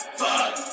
fuck